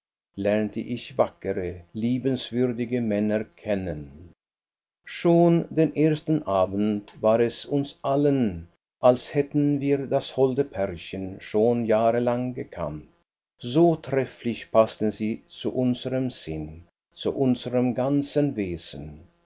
haben lernte ich wackere liebenswürdige männer kennen schon den ersten abend war es uns allen als hätten wir das holde pärchen schon jahrelang gekannt so trefflich paßten sie zu unserem sinn zu unserem ganzen wesen